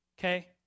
Okay